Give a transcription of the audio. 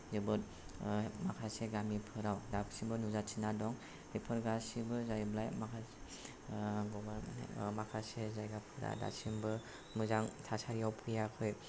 जोबोद माखासे गामिफोराव दासिमबो नुजाथिना दं बेफोर गासैबो जाहैबाय माखासे माने माखासे जायगाफ्रा दासिमबो मोजां थासारियाव फैयाखै